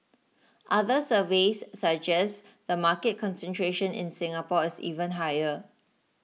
other surveys suggest the market concentration in Singapore is even higher